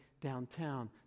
downtown